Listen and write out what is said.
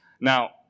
Now